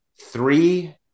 three